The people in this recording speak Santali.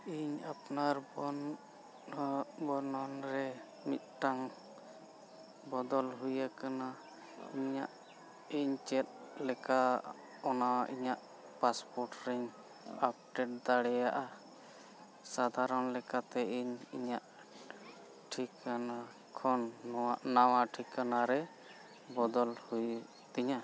ᱤᱧᱟᱹᱜ ᱟᱯᱱᱟᱨ ᱵᱚᱱ ᱵᱚᱨᱱᱚᱱ ᱨᱮ ᱢᱤᱫᱴᱟᱝ ᱵᱚᱫᱚᱞ ᱦᱩᱭ ᱟᱠᱟᱱᱟ ᱤᱧᱟᱹᱜ ᱤᱧ ᱪᱮᱫ ᱞᱮᱠᱟ ᱚᱱᱟ ᱤᱧᱟᱹᱜ ᱯᱟᱥᱯᱳᱨᱴ ᱨᱮᱧ ᱟᱯᱰᱮᱴ ᱫᱟᱲᱮᱭᱟᱜᱼᱟ ᱥᱟᱫᱷᱟᱨᱚᱱ ᱞᱮᱠᱟᱛᱮ ᱤᱧ ᱤᱧᱟᱹᱜ ᱴᱷᱤᱠᱟᱹᱱᱟ ᱠᱷᱚᱱ ᱱᱚᱣᱟ ᱱᱟᱣᱟ ᱴᱷᱤᱠᱟᱹᱱᱟ ᱨᱮ ᱵᱚᱫᱚᱞ ᱦᱩᱭᱩᱜ ᱛᱤᱧᱟᱹ